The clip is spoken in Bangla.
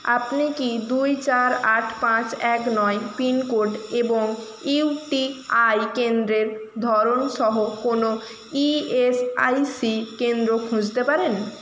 আপনি কি দুই চার আট পাঁচ এক নয় পিনকোড এবং ইউ টি আই কেন্দ্রের ধরন সহ কোনও ই এস আই সি কেন্দ্র খুঁজতে পারেন